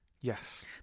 Yes